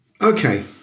Okay